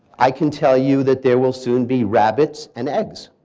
i can tell you that there will soon be rabbits and eggs.